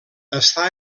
està